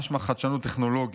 משמע חדשנות טכנולוגית.